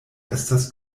estas